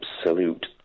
absolute